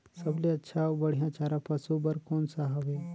सबले अच्छा अउ बढ़िया चारा पशु बर कोन सा हवय?